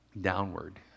Downward